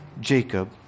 Jacob